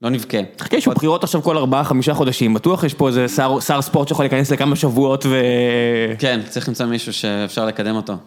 לא נבכה. תחכה, יש שם בחירות עכשיו כל 4-5 חודשים, בטוח יש פה איזה שר ספורט שיכול להיכנס לכמה שבועות ו... כן, צריך למצוא מישהו שאפשר לקדם אותו.